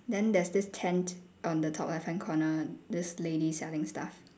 then there's this tent on the top left hand corner this lady selling stuff